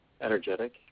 Energetic